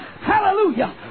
hallelujah